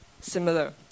similar